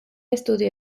estudio